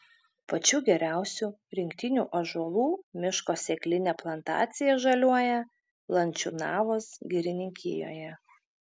pačių geriausių rinktinių ąžuolų miško sėklinė plantacija žaliuoja lančiūnavos girininkijoje